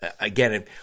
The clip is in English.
again